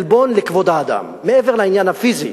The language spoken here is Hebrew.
עלבון לכבוד האדם, מעבר לעניין הפיזי